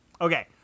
Okay